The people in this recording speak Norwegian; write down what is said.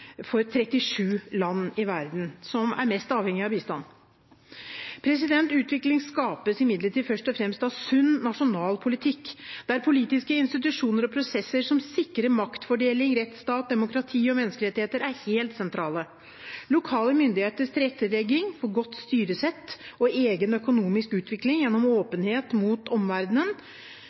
for 37 land – i verden, som er mest avhengig av bistand. Utvikling skapes imidlertid først og fremst av sunn nasjonal politikk, der politiske institusjoner og prosesser som sikrer maktfordeling, rettsstat, demokrati og menneskerettigheter, er helt sentrale. Lokale myndigheters tilrettelegging for godt styresett og egen økonomisk utvikling gjennom åpenhet mot omverdenen